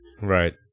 Right